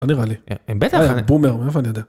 לא נראה לי. הם בטח... אני בומר מאיפה אני יודע.